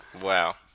Wow